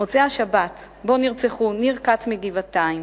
מוצאי-השבת שבו נרצחו ניר כץ מגבעתיים